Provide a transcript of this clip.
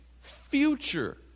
future